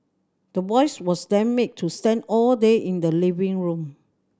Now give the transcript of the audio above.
the boys was then made to stand all day in the living room